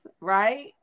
right